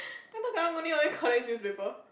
I thought karang-guni only collects newspaper